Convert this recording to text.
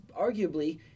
arguably